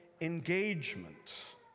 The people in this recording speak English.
engagement